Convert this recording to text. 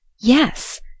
Yes